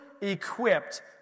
equipped